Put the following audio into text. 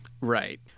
right